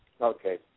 Okay